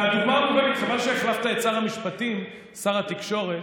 והדוגמה, חבל שהחלפת את שר המשפטים, שר התקשורת.